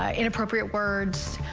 inappropriate words,